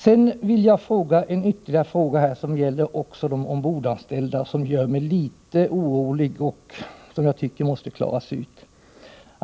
Jag vill ställa ytterligare en fråga som gäller de ombordanställdas förhållanden, som gör mig litet orolig och som måste klaras ut.